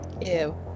Ew